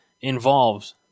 involves